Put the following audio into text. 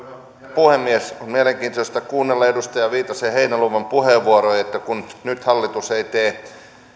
puhemies on mielenkiintoista kuunnella edustaja viitasen ja heinäluoman puheenvuoroja kun nyt hallitus ei tee